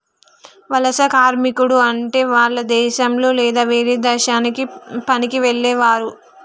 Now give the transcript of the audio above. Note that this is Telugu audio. వలస కార్మికుడు అంటే వాల్ల దేశంలొ లేదా వేరే దేశానికి పనికి వెళ్లేవారు